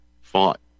fought